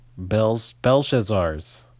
Belshazzars